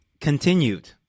Continued